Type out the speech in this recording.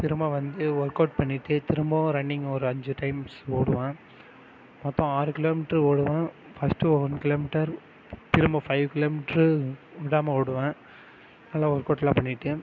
திரும்ப வந்து ஒர்க்கவுட் பண்ணிவிட்டு திரும்பவும் ரன்னிங் ஒரு அஞ்சு டைம்ஸ் ஓடுவேன் மொத்தம் ஆறு கிலோமீட்ரு ஓடுவேன் ஃபர்ஸ்ட்டு ஒன் கிலோமீட்டர் திரும்ப ஃபைவ் கிலோமீட்ரு விடாம ஓடுவேன் நல்ல ஒர்க்கவுட்டெலாம் பண்ணிவிட்டு